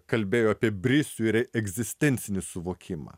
kalbėjo apie brisių ir egzistencinį suvokimą